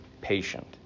patient